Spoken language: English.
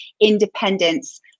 independence